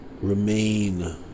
Remain